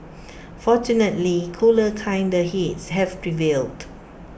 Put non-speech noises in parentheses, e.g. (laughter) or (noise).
(noise) fortunately cooler kinder heads have prevailed